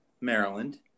Maryland